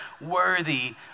worthy